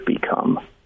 become